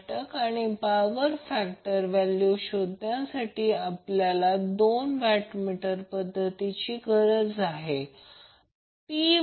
line a आणि b मधील वॅटमीटरचे रीडिंग शोधा आणि जर b आणि c मध्ये वॅटमीटर लावला जर a आणि b मध्ये वॅटमीटर लावला हे रीडिंग देखील शोधा